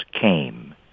came